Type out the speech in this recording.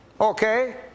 okay